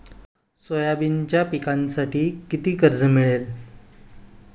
सोयाबीनच्या पिकांसाठी किती कर्ज मिळेल?